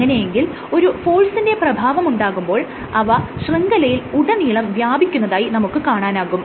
അങ്ങനെയെങ്കിൽ ഒരു ഫോഴ്സിന്റെ പ്രഭാവമുണ്ടാകുമ്പോൾ അവ ശൃംഖലയിൽ ഉടനീളം വ്യാപിക്കുന്നതായി നമുക്ക് കാണാനാകും